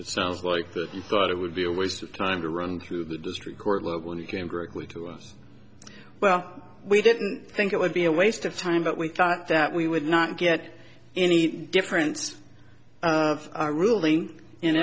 it sounds like that you thought it would be a waste of time to run through the district court level and he came directly to us well we didn't think it would be a waste of time but we thought that we would not get any difference of a ruling and